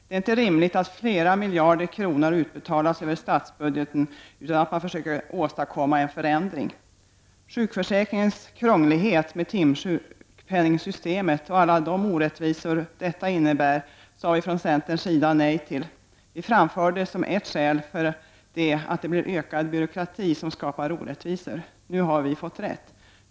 Det är inte rimligt att flera miljarder kro nor utbetalas över statsbudgeten utan att man försöker åstadkomma en förändring. Sjukförsäkringens krånglighet med timsjukpenningsystemet och alla de orättvisor detta innebär sade vi från centerns sida nej till. Vi anförde som ett skäl att det blir ökad byråkrati som skapar orättvisor. Nu har vi fått rätt.